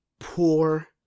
Poor